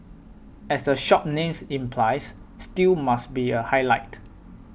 as the shop's name implies stew must be a highlight